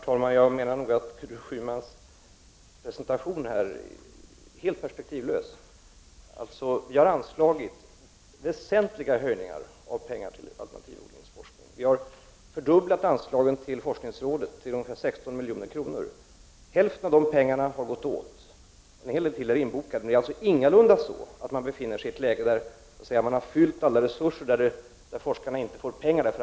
Herr talman! Gudrun Schymans presentation här är helt perspektivlös. Vi har anslagit väsentligt ökade medel till alternativodlingsforskningen. Vi har fördubblat anslagen till forskningsrådet, till ungefär 16 milj.kr. Hälften av dessa pengar har gått åt, och en hel del till är bokade. Det är ingalunda så att man befinner sig i ett läge, där man så att säga har uttömt alla resurser och att forskarna saknar pengar.